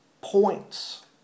points